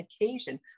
occasion